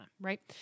Right